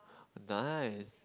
nice